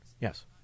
Yes